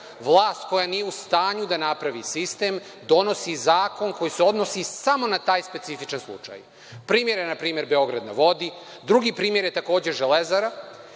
vlast koja nije u stanju da napravi sistem donosi zakon koji se odnosi samo na taj specifičan slučaj. Primer je npr. „Beograd na vodi“, drugi primer je Železara